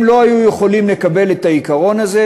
הם לא היו יכולים לקבל את העיקרון הזה,